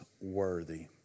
worthy